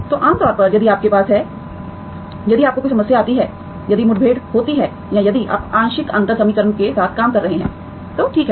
तो आम तौर पर यदि आपके पास है यदि आपको कोई समस्या आती है यदि मुठभेड़ होती है या यदि आप आंशिक अंतर समीकरण के साथ काम कर रहे हैं तो ठीक है